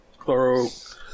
chloro